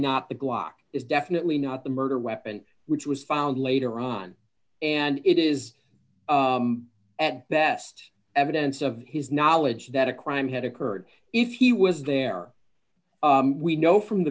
not the glock is definitely not the murder weapon which was found later on and it is at best evidence of his knowledge that a crime had occurred if he was there or we know from the